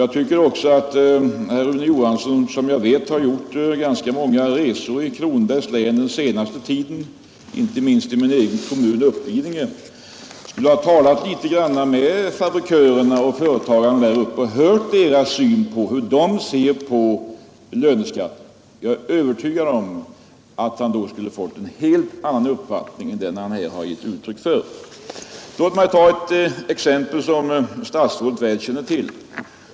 Jag vet att herr Rune Johansson under den senaste tiden har gjort ganska många resor i Kronobergs län, inte minst i min egen kommun, Uppvidinge, och jag tycker att han då skulle ha talat med fabrikörerna och företagarna där uppe och fått höra deras syn på löneskatten. Jag är övertygad om att han skulle ha fått en helt annan uppfattning än den han här har givit uttryck för. Låt mig ta ett exempel som statsrådet väl känner till.